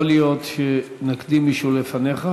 יכול להיות שנקדים מישהו לפניך,